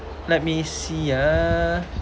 let me see ah